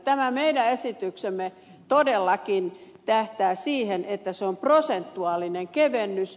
tämä meidän esityksemme todellakin tähtää siihen että se on prosentuaalinen kevennys